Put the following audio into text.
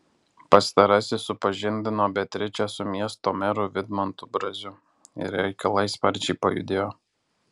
pastarasis supažindino beatričę su miesto meru vidmantu braziu ir reikalai sparčiai pajudėjo